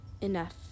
Enough